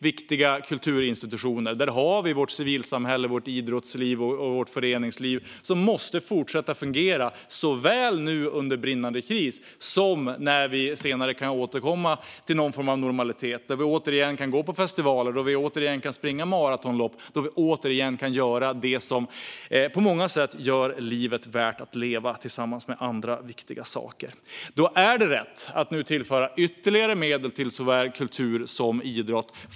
Viktiga kulturinstitutioner, civilsamhälle, idrottsliv och föreningsliv måste fortsätta att fungera såväl nu under brinnande kris som senare när vi kan återgå till något slags normalitet då vi åter kan gå på festivaler, springa maratonlopp och göra det som tillsammans med andra viktiga saker på många sätt gör livet värt att leva. Det är därför rätt att nu tillföra ytterligare medel till kultur och idrott.